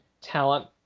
talent